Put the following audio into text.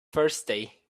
thursday